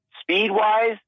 speed-wise